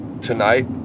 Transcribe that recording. tonight